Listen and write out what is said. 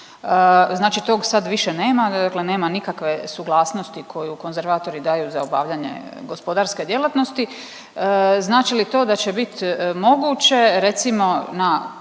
Znači tog sad više nema, nema nikakve suglasnosti koju konzervatori daju za obavljanje gospodarske djelatnosti. Znači li to da će biti moguće recimo na